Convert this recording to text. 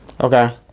Okay